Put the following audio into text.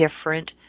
different –